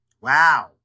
Wow